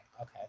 Okay